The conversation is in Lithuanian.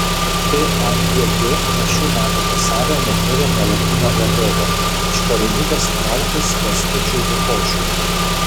pagd nuo šių metų vasario neturi nuolatinio vadovo iš pareigų pasitraukus kęstučiui lukošiui